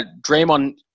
Draymond